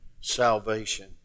Salvation